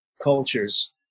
cultures